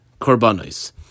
corbanos